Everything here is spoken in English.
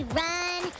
run